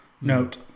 note